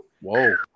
Whoa